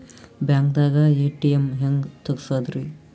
ಬ್ಯಾಂಕ್ದಾಗ ಎ.ಟಿ.ಎಂ ಹೆಂಗ್ ತಗಸದ್ರಿ?